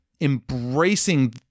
embracing